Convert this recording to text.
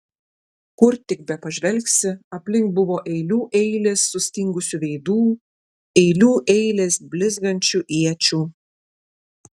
kur tik bepažvelgsi aplink buvo eilių eilės sustingusių veidų eilių eilės blizgančių iečių